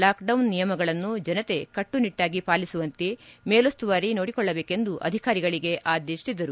lockdown ನಿಯಮಗಳನ್ನು ಜನತೆ ಕಟ್ಟುನಿಟ್ಟಾಗಿ ಪಾಲಿಸುವಂತೆ ಮೇಲುಸ್ತುವಾರಿ ನೋಡಿಕೊಳ್ಳಬೇಕೆಂದು ಅಧಿಕಾರಿಗಳಿಗೆ ಆದೇಶಿಸಿದರು